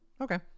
Okay